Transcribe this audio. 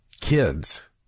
kids